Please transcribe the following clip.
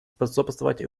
способствовать